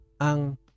ang